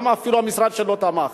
גם המשרד שלו תמך.